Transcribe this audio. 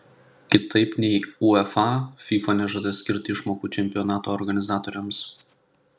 kitaip nei uefa fifa nežada skirti išmokų čempionato organizatoriams